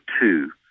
two